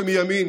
משמאל ומימין,